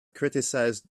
criticized